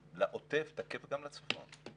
תקף לעוטף, תקף גם לצפון.